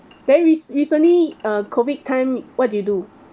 then rec~ recently uh COVID time what do you do